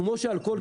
כמו שעל כל כיסא,